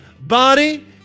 body